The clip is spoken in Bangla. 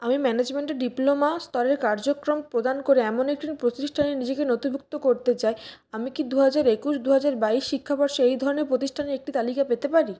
আমি ম্যানেজমেন্ট ডিপ্লোমা স্তরের কার্যক্রম প্রদান করে এমন একটি প্রতিষ্ঠানে নিজেকে নথিভুক্ত করতে চাই আমি কি দু হাজার একুশ দু হাজার বাইশ শিক্ষাবর্ষে এই ধরনের প্রতিষ্ঠানের একটি তালিকা পেতে পারি